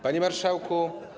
Panie Marszałku!